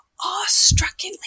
awestruckingly